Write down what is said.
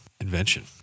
invention